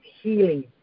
healing